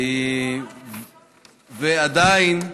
עדיין,